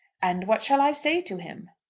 and what shall i say to him?